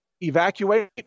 Evacuate